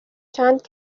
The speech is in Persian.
چند